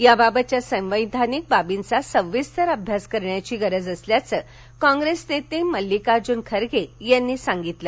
याबाबतच्या संवैधानिक बाबींचा सविस्तर अभ्यास करण्याची गरज असल्याच कॉप्रेस नेते मल्लिकार्जन खसो यांनी सांगितलं